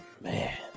Man